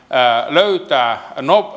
löytää